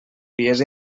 vies